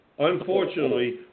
Unfortunately